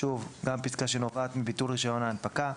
שוב, פסקה שנובעת מביטול רישיון ההנפקה.